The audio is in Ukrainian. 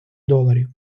доларів